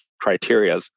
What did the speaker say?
criteria